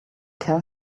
tell